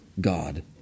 God